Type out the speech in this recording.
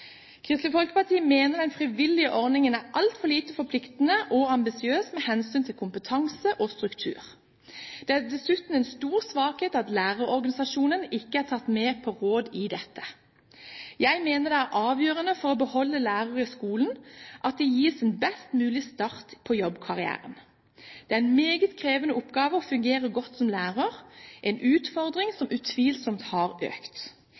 Kristelig Folkeparti mener at den frivillige ordningen er altfor lite forpliktende og ambisiøs med hensyn til kompetanse og struktur. Det er dessuten en stor svakhet at lærerorganisasjonene ikke er tatt med på råd her. Jeg mener det er avgjørende for å beholde lærere i skolen at de gis en best mulig start på jobbkarrieren. Det er en meget krevende oppgave å fungere godt som lærer – en utfordring som utvilsomt har økt.